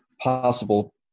possible